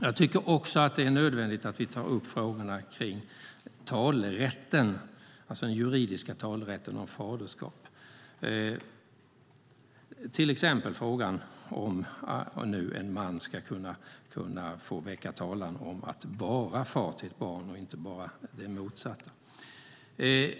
Jag tycker också att det är nödvändigt att vi tar upp frågorna kring den juridiska talerätten om faderskap. Det handlar till exempel om att en man ska kunna väcka talan om att vara far till ett barn och inte bara det motsatta.